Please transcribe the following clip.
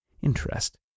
interest